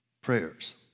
prayers